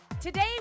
Today